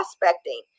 prospecting